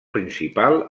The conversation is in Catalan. principal